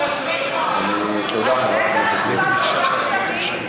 אז בטח, תודה רבה.